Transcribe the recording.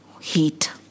heat